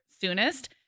soonest